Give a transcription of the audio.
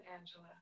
angela